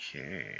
okay